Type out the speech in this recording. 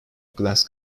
glass